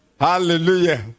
Hallelujah